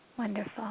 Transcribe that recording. Wonderful